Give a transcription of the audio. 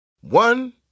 One